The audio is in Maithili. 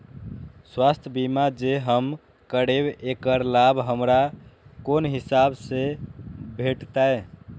स्वास्थ्य बीमा जे हम करेब ऐकर लाभ हमरा कोन हिसाब से भेटतै?